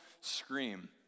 scream